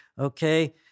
Okay